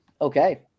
Okay